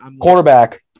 quarterback